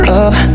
up